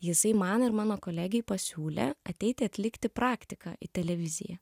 jisai man ir mano kolegei pasiūlė ateiti atlikti praktiką į televiziją